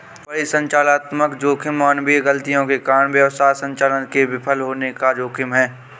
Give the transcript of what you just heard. परिचालनात्मक जोखिम मानवीय गलतियों के कारण व्यवसाय संचालन के विफल होने का जोखिम है